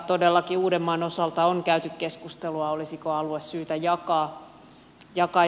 todellakin uudenmaan osalta on käyty keskustelua olisiko alue syytä jakaa